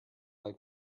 like